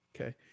okay